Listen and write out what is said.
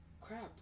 Crap